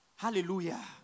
Hallelujah